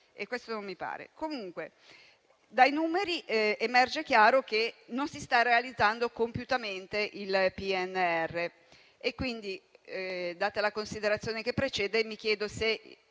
che ciò avvenga. Comunque, dai numeri emerge chiaro che non si sta realizzando compiutamente il PNRR. Quindi, data la considerazione che precede, mi chiedo se